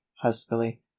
huskily